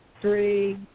Three